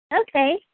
Okay